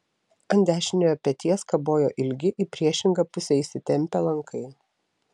ant dešiniojo peties kabojo ilgi į priešingą pusę įsitempią lankai